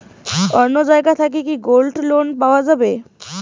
অন্য জায়গা থাকি কি গোল্ড লোন পাওয়া যাবে?